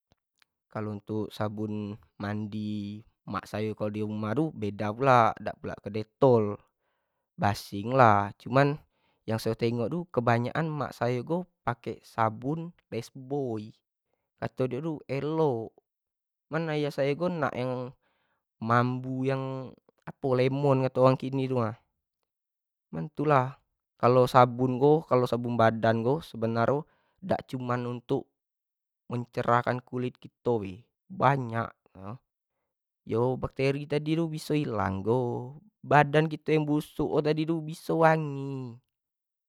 Kalo untuk sabun mandi mak sayo kalo di rumah tu beda pula dak pula ke dettol basing lah cuman yang sayo tengok yu kebanyak an mak sayo tu make sabun lifebuoy, kato nyo ko elok, cuma ayah sayo ko nak mambu yang lemon kato orang kini tu ha, itu lah kalo sabun ko, sabun badan ko sebnar nyo dak cuman untuk mecerahkan kulit kito bae banyak nyo yo baktri tadi biso hilang jugo, badan kito yang busuk tadi tu biso wangi.